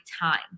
time